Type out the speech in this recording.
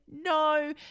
No